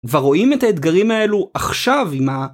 כבר רואים את האתגרים האלו עכשיו עם ה...